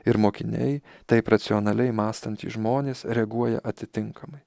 ir mokiniai taip racionaliai mąstantys žmonės reaguoja atitinkamai